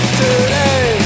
today